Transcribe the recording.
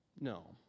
No